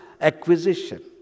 acquisition